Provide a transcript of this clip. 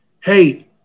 Hey